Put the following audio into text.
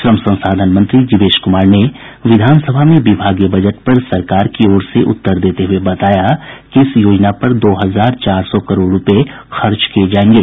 श्रम संसाधन मंत्री जीवेश कुमार ने विधानसभा में विभागीय बजट पर सरकार की ओर से उत्तर देते हुए बताया कि इस योजना पर दो हजार चार सौ करोड़ रूपये खर्च किये जायेंगे